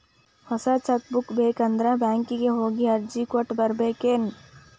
ಹೊಸ cheque book ಬೇಕಂದ್ರ ಬ್ಯಾಂಕಿಗೆ ಹೋಗಿ ಅರ್ಜಿ ಕೊಟ್ಟ ಬರ್ಬೇಕೇನ್